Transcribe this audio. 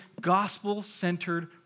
gospel-centered